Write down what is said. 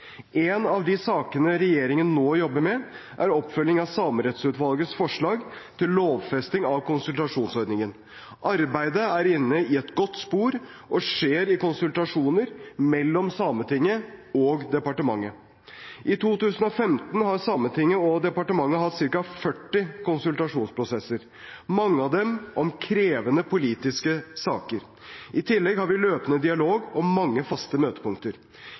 av de sakene regjeringen nå jobber med, er oppfølgingen av Samerettsutvalgets forslag til lovfesting av konsultasjonsordningen. Arbeidet er inne i et godt spor og skjer i konsultasjoner mellom Sametinget og departementet. I 2015 hadde Sametinget og departementet ca. 40 konsultasjonsprosesser – mange av dem om krevende politiske saker. I tillegg har vi en løpende dialog og mange faste møtepunkter.